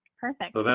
Perfect